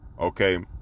Okay